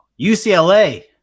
UCLA